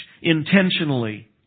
intentionally